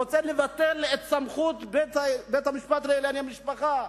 הוא רוצה לבטל את סמכות בית-המשפט לענייני משפחה,